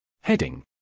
Heading